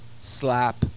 slap